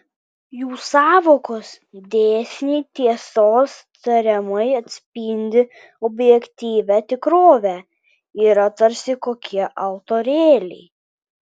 jų sąvokos dėsniai tiesos tariamai atspindį objektyvią tikrovę yra tarsi kokie altorėliai